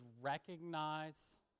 recognize